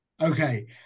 Okay